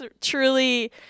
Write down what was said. truly